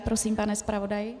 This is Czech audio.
Prosím, pane zpravodaji.